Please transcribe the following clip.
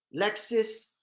Lexus